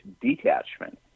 detachment